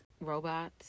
Robots